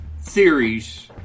theories